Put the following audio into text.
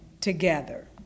together